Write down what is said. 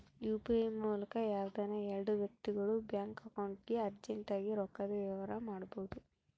UPI ಮೂಲಕ ಯಾವ್ದನ ಎಲ್ಡು ವ್ಯಕ್ತಿಗುಳು ಬ್ಯಾಂಕ್ ಅಕೌಂಟ್ಗೆ ಅರ್ಜೆಂಟ್ ಆಗಿ ರೊಕ್ಕದ ವ್ಯವಹಾರ ಮಾಡ್ಬೋದು